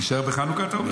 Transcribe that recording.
נישאר בחנוכה, אתה אומר?